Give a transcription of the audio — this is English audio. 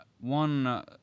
one